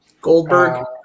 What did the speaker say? Goldberg